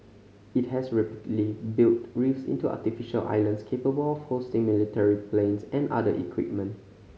it has rapidly built reefs into artificial islands capable of hosting military planes and other equipment